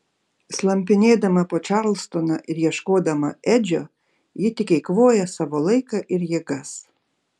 slampinėdama po čarlstoną ir ieškodama edžio ji tik eikvoja savo laiką ir jėgas